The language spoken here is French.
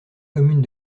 commune